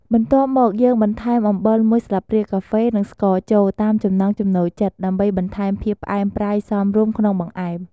បន្ទាប់មកយើងបន្ថែមអំបិលមួយស្លាបព្រាកាហ្វេ និងស្ករចូល តាមចំណង់ចំណូលចិត្ត ដើម្បីបន្ថែមភាពផ្អែមប្រៃសមរម្យក្នុងបង្អែម។